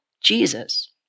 Jesus